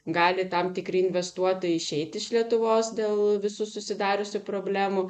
gali tam tikri investuotojai išeit iš lietuvos dėl visų susidariusių problemų